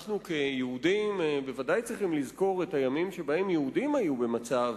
אנחנו כיהודים בוודאי צריכים לזכור את הימים שבהם יהודים היו במצב